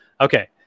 Okay